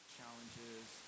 challenges